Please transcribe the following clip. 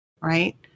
right